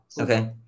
Okay